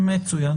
מצוין.